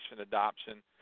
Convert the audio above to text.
adoption